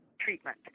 treatment